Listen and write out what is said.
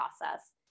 process